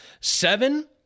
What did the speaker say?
Seven